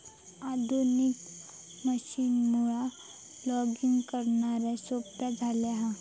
आधुनिक मशीनमुळा लॉगिंग करणा सोप्या झाला हा